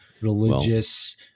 religious